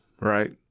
right